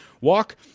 Walk